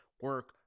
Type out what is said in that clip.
Work